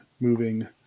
moving